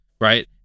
right